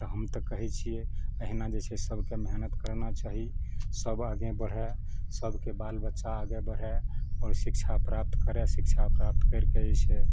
तऽ हम तऽ कहै छियै अहिना जे छै सबके मेहनत करना चाही सब आगे बढ़ए सबके बाल बच्चा आगे बढ़ए आओर शिक्षा प्राप्त करए शिक्षा प्राप्त करिके जे छै